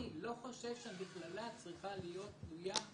אני לא חושב שהמכללה צריכה להיות תלויה.